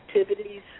activities